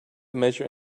measure